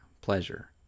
pleasure